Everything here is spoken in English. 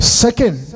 second